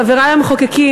חברי המחוקקים,